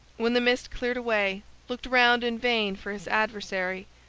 when the mist cleared away, looked round in vain for his adversary,